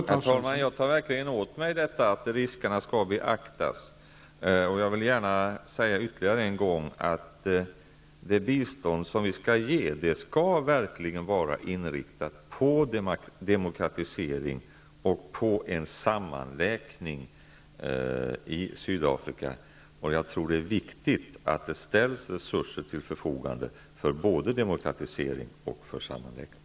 Herr talman! Jag tar verkligen åt mig detta, att riskerna skall beaktas, och jag vill gärna säga ytterligare en gång att det bistånd som vi ger verkligen skall vara inriktat på demokratisering och på en sammanläkning i Sydafrika. Jag tror att det är viktigt att det ställs resurser till förfogande till både demokratisering och sammanläkning.